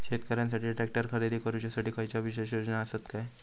शेतकऱ्यांकसाठी ट्रॅक्टर खरेदी करुच्या साठी खयच्या विशेष योजना असात काय?